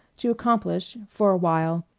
to accomplish, for a while,